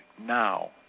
now